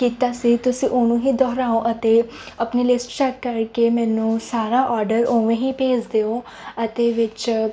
ਕੀਤਾ ਸੀ ਤੁਸੀਂ ਉਹਨੂੰ ਹੀ ਦੁਹਰਾਓ ਅਤੇ ਆਪਣੀ ਲਿਸਟ ਚੈੱਕ ਕਰਕੇ ਮੈਨੂੰ ਸਾਰਾ ਔਡਰ ਉਵੇਂ ਹੀ ਭੇਜ ਦਿਓ ਅਤੇ ਵਿੱਚ